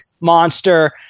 monster